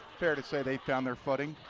fair to say, they've found their footing.